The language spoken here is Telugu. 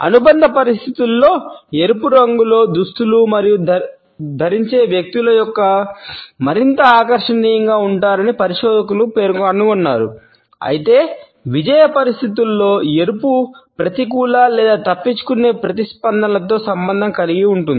అనుబంధ పరిస్థితులలో ఎరుపు రంగులో దుస్తులు ధరించే వ్యక్తులు మరింత ఆకర్షణీయంగా ఉంటారని పరిశోధకులు కనుగొన్నారు అయితే విజయ పరిస్థితులలో ఎరుపు ప్రతికూల లేదా తప్పించుకునే ప్రతిస్పందనలతో సంబంధం కలిగి ఉంటుంది